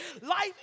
life